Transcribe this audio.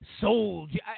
soldier